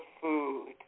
food